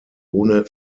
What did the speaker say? ohne